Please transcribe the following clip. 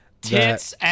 Tits